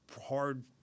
hard